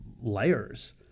layers